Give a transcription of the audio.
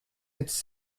êtes